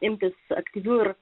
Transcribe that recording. imtis aktyvių ir